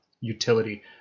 utility